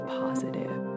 positive